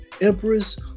Empress